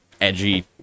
edgy